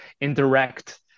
indirect